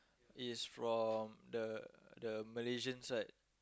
is from the the Malaysian side